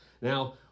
Now